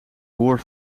boor